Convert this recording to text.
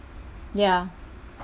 ya